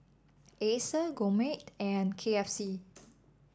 Acer Gourmet and K F C